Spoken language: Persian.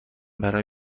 برای